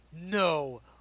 no